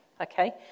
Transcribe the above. okay